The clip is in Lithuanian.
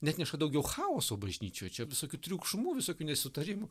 neatneša daugiau chaoso bažnyčioje čia visokių triukšmų visokių nesutarimų